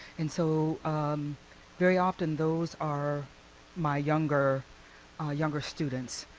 and so very often those are my younger younger students.